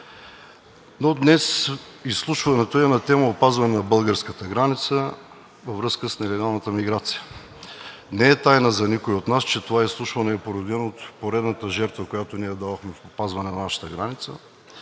Днес изслушването е на тема опазване на българската граница във връзка с нелегалната миграция. Не е тайна за никой от нас, че това изслушване е породено от поредната жертва, която ние дадохме в опазване на нашата граница,